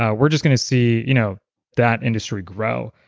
ah we're just going to see you know that industry grow.